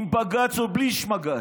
עם בג"ץ או בלי שמג"ץ,